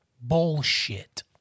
bullshit